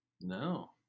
No